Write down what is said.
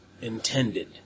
Intended